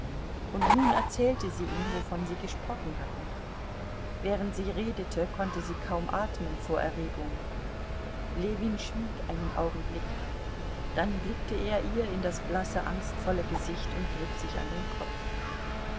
und nun erzählte sie ihm wovon sie gesprochen hatten während sie redete konnte sie kaum atmen vor erregung ljewin schwieg einen augenblick dann blickte er ihr in das blasse angstvolle gesicht und griff sich an den kopf